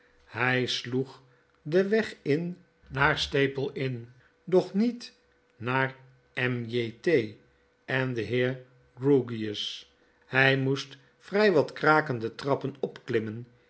hy sloeg den weg in naar staple inn doch niet naar m j t en den heer grewgious hij moest vrij wat krakende trappen opklimmen